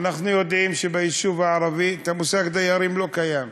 אנחנו יודעים שביישוב הערבי המושג דיירים לא קיים,